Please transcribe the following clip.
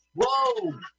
Whoa